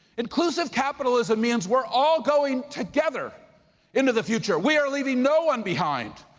inclusive capitalism means we're all going together into the future. we are leaving no one behind.